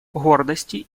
гордости